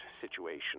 situation